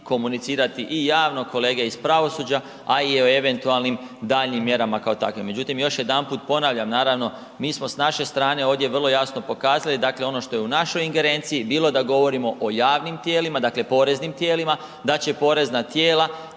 komunicirati i javno kolege iz pravosuđa, a i o eventualnim mjerama kao takvim. Međutim, još jedanput ponavljam naravno mi smo s naše strane ovdje vrlo jasno pokazali ono što je u našoj ingerenciji, bilo da govorimo o javnim tijelima dakle poreznim tijelima da će porezna tijela